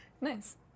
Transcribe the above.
Nice